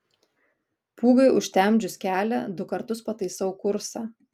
pūgai užtemdžius kelią du kartus pataisau kursą